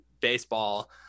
baseball